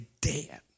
dead